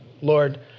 Lord